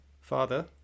father